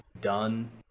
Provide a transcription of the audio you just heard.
done